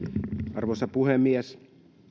arvoisa puhemies